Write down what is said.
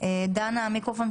ההחרגה